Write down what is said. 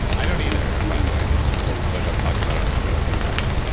i don't either by the way, just full disclosure i've talked about it on the show a few times.